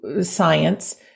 science